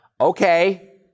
Okay